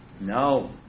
No